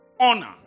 honor